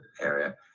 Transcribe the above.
area